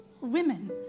women